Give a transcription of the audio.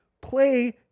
play